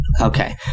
Okay